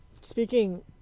speaking